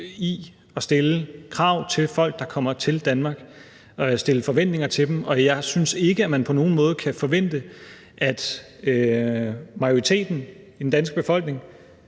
forventninger til folk, der kommer til Danmark, og jeg synes ikke, at man på nogen måde kan forvente, at majoriteten af den danske befolkning